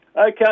Okay